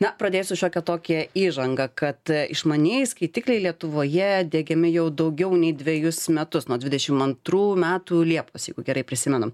na pradėsiu šiokią tokią įžangą kad išmanieji skaitikliai lietuvoje diegiami jau daugiau nei dvejus metus nuo dvidešim antrų metų liepos gerai prisimenu